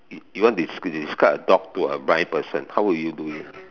you want des~ describe a dog to a blind person how would you do it